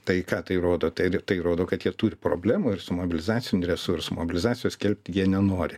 tai ką tai rodo tai r tai rodo kad jie turi problemų ir su mobilizacinių resursų mobilizacijos skelbti jie nenori